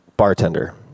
Bartender